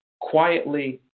quietly